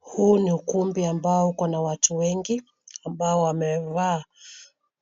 Huu ni ukumbi ambao uko na watu wengi ambao wamevaa